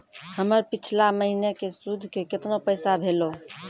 हमर पिछला महीने के सुध के केतना पैसा भेलौ?